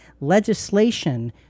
legislation